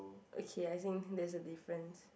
okay I think there's a difference